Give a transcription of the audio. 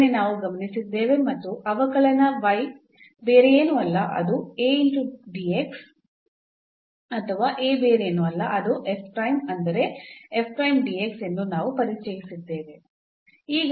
ಇದನ್ನೇ ನಾವು ಗಮನಿಸಿದ್ದೇವೆ ಮತ್ತು ಅವಕಲನ ಬೇರೇನೂ ಅಲ್ಲ ಅದು ಅಥವಾ ಬೇರೇನೂ ಅಲ್ಲ ಅದು ಅಂದರೆ ಎಂದು ನಾವು ಪರಿಚಯಿಸಿದ್ದೇವೆ